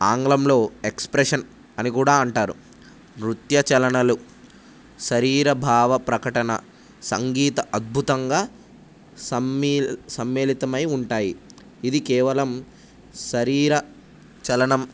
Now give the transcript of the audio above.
ఆంగ్లంలో ఎక్స్ప్రెషన్ అని కూడా అంటారు నృత్య చలనలు శరీర భావప్రకటన సంగీత అద్భుతంగా సమ్మే సమ్మేలితమై ఉంటాయి ఇది కేవలం శరీర చలనం